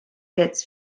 gets